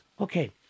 okay